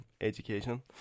education